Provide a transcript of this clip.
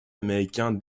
américain